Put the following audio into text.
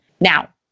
Now